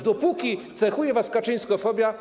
Dopóki cechuje was kaczyńskofobia.